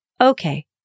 Okay